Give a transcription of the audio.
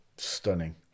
stunning